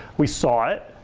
we saw it.